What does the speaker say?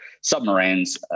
submarines